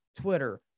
twitter